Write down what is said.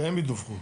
שהם ידווחו.